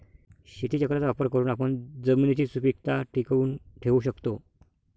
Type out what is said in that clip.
शेतीचक्राचा वापर करून आपण जमिनीची सुपीकता टिकवून ठेवू शकतो